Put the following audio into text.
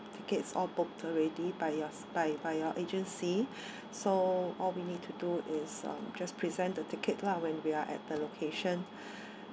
tickets all booked already by your by by your agency so all we need to do is uh just present the ticket lah when we are at the location